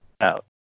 out